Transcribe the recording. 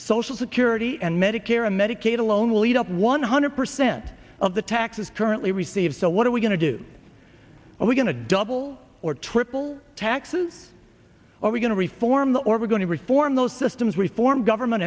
social security and medicare and medicaid alone will eat up one hundred percent of the taxes currently receive so what are we going to do are we going to double or triple taxes are we going to reform the or we're going to reform those systems reform government